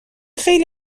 خیلی